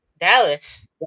Dallas